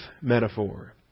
metaphor